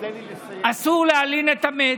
אסור להלין את המת,